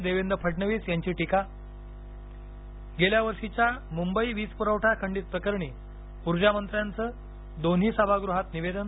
देवेंद्र फडणवीस यांची टीका गेल्या वर्षीच्या मुंबई वीज पुरवठा खंडित प्रकरणी ऊर्जामंत्र्यांचं दोन्ही सभागृहात निवेदन